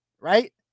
right